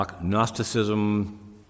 Gnosticism